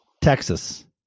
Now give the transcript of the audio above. Texas